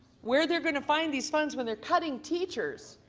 where they're going to find these funds when they're cutting teachers?